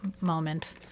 moment